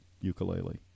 ukulele